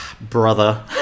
brother